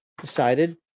decided